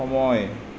সময়